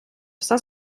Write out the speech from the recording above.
все